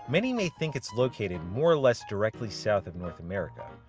many may think it's located more or less directly south of north america,